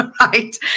right